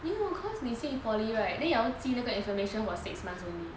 没有 cause 你进 poly right then 要记那个 information for six months only